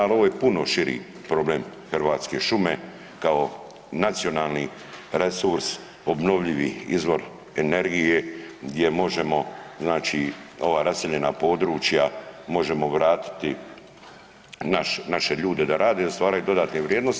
Ali ovo je puno širi problem Hrvatske šume kao nacionalni resurs obnovljivi izvor energije gdje možemo, znači ova raseljena područja možemo vratiti naše ljude da rade, da stvaraju dodatne vrijednosti.